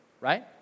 right